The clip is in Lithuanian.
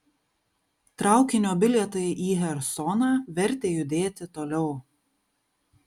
traukinio bilietai į chersoną vertė judėti toliau